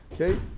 Okay